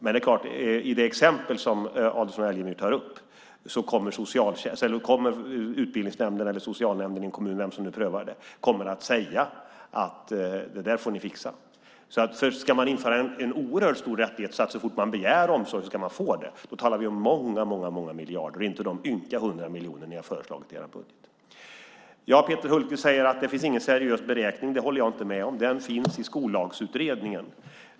Det är klart att i det exempel som Adolfsson Elgestam tar upp kommer kommunens utbildnings eller socialnämnd, vilka det nu är som prövar det, att säga att det där får ni fixa. Ska man införa en oerhört stor rättighet så att man får omsorg så fort man begär det, då talar vi om många miljarder och inte de ynka 100 miljoner ni har föreslagit i er budget. Peter Hultqvist säger att det inte finns någon seriös beräkning. Det håller jag inte med om. Den finns i Skollagsutredningen .